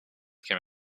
came